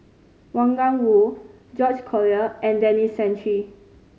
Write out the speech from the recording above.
Wang Gungwu George Collyer and Denis Santry